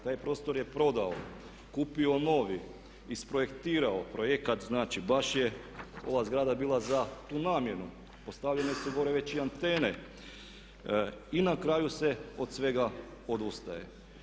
Taj prostor je prodao, kupio novi, isprojektirao projekat znači, baš je ova zgrada bila za tu namjenu, postavljene su gore već i antene i na kraju se od svega odustane.